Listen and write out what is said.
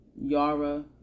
Yara